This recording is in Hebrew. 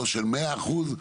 לא של 100 אחוזים,